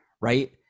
right